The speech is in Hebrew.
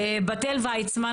בת אל ויצמן,